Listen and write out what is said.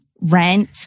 rent